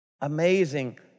Amazing